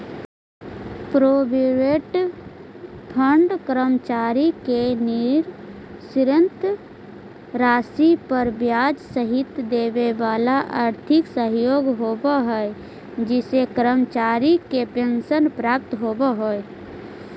provident fund कर्मचारी के निश्चित राशि पर ब्याज सहित देवेवाला आर्थिक सहयोग होव हई जेसे कर्मचारी के पेंशन प्राप्त होव हई